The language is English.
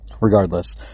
regardless